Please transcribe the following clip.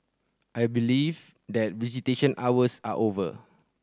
I believe that visitation hours are over